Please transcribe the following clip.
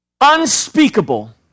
unspeakable